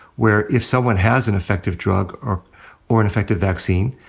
where if someone has an effective drug or or an effective vaccine,